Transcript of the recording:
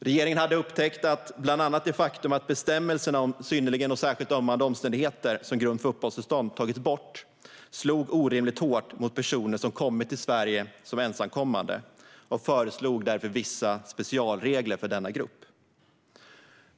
Regeringen hade upptäckt att bland annat det faktum att bestämmelserna om synnerligen och särskilt ömmande omständigheter som grund för uppehållstillstånd tagits bort slog orimligt hårt mot personer som kommit till Sverige som ensamkommande, och man föreslog därför vissa specialregler för denna grupp.